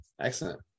Excellent